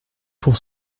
pour